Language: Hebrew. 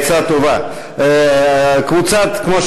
יחיאל חיליק בר, עמיר פרץ,